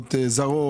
חברות זרות,